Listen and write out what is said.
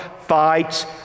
fights